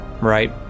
right